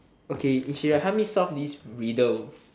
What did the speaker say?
okay if you will help me solve this riddle